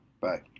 Bye